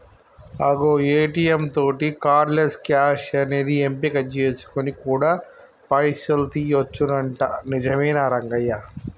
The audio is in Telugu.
అగో ఏ.టీ.యం తోటి కార్డు లెస్ క్యాష్ అనేది ఎంపిక చేసుకొని కూడా పైసలు తీయొచ్చునంట నిజమేనా రంగయ్య